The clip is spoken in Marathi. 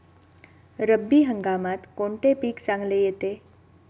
रब्बी हंगामात कोणते पीक चांगले येते?